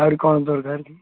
ଆହୁରି କ'ଣ ଦରକାର କି